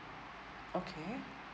okay